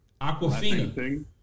Aquafina